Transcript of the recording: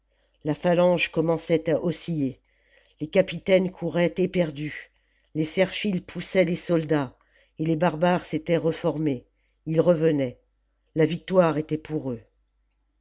la phalange commençait à osciller les capitaines couraient éperdus les serrefîles poussaient les soldats et les barbares s'étaient reformés ils revenaient la victoire était pour eux